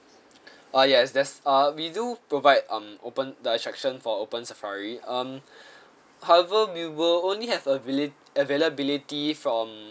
ah yes there's uh we do provide um open the attraction for open safari um however we will only have availa~ availability from